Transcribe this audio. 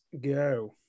go